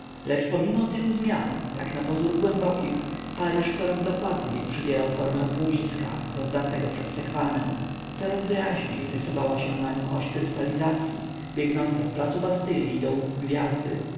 lecz pomimo tylu zmian tak napozór głębokich paryż coraz dokładniej przybierał formę półmiska rozdartego przez sekwanę coraz wyraźniej rysowała się na nim oś krystalizacyi biegnąca z placu bastylli do łuku gwiazdy